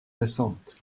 récentes